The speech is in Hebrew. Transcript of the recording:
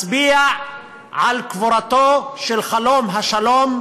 מצביע על קבורתו של חלום השלום,